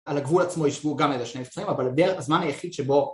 על הגבול עצמו יישבו גם אלה שני מבצעים אבל בזמן היחיד שבו